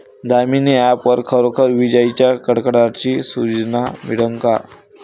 Damini app वर खरोखर विजाइच्या कडकडाटाची सूचना मिळन का?